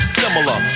similar